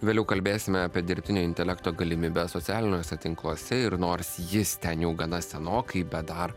vėliau kalbėsime apie dirbtinio intelekto galimybes socialiniuose tinkluose ir nors jis ten jau gana senokai bet dar